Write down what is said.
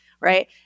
right